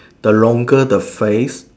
the longer the faith